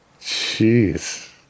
Jeez